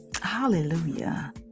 Hallelujah